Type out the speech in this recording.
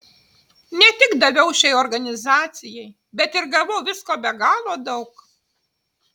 ne tik daviau šiai organizacijai bet ir gavau visko be galo daug